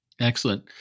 Excellent